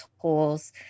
tools